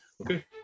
Okay